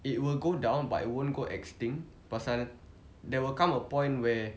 it will go down but it won't go extinct pasal there will come a point where